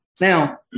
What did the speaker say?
Now